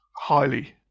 highly